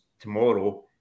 tomorrow